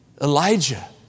Elijah